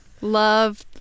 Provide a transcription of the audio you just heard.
love